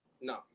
No